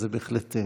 זה בהחלט,